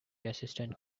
assistant